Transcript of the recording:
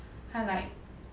I like